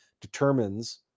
determines